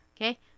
Okay